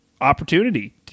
opportunity